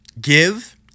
Give